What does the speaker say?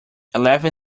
eleven